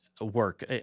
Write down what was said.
work